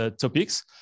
topics